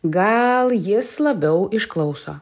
gal jis labiau išklauso